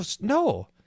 No